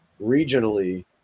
regionally